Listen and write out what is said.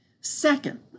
Second